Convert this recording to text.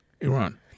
Iran